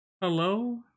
Hello